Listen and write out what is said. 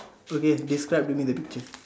okay describe to me the picture